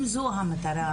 אם זו המטרה,